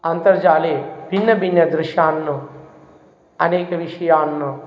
अन्तर्जाले भिन्नभिन्न दृश्यान् अनेकविषयान्